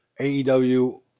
AEW